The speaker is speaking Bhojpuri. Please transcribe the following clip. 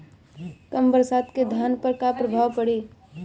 कम बरसात के धान पर का प्रभाव पड़ी?